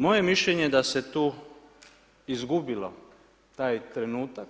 Moje mišljenje, da se tu izgubilo taj trenutak,